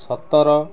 ସତର